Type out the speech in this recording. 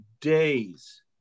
days